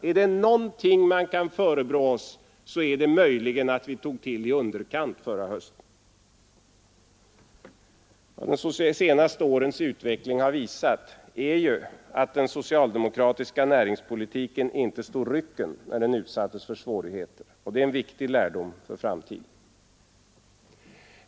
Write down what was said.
Är det någonting man kan förebrå os underkant förra hösten. Vad de senaste årens utveckling har visat är ju att den socialdemo är det möjligen att vi tog till i kratiska näringspolitiken inte stått rycken när den utsatts för svårigheter, och det är en viktig lärdom för framtiden.